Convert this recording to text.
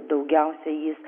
daugiausiai jis